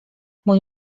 mój